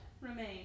Remain